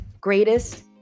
greatest